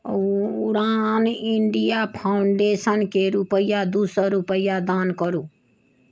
उड़ान इण्डिया फाउंडेशनके रूपैआ दू सए रूपैआ दान करू